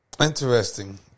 interesting